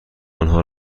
آنها